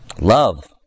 Love